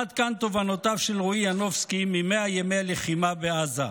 עד כאן תובנותיו של רועי ינובסקי מ-100 ימי הלחימה בעזה.